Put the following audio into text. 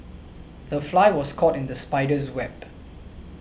the fly was caught in the spider's web